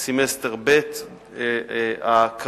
סמסטר ב' הקרוב.